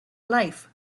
life